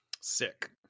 Sick